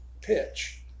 pitch